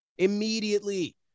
Immediately